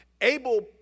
Abel